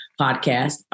podcast